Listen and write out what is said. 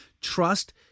trust